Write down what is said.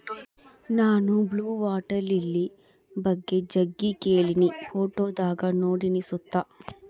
ನಾನು blue water lily ಬಗ್ಗೆ ಜಗ್ಗಿ ಕೇಳಿನಿ, ಫೋಟೋದಾಗ ನೋಡಿನಿ ಸುತ